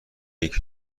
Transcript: یکی